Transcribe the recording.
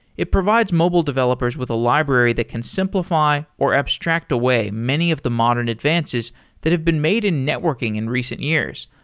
it provides mobile developers with a library that can simplify or abstract away many of the modern advances that have been made in networking in recent years,